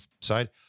side